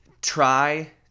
Try